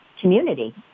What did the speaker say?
community